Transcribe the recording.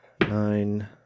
nine